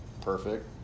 perfect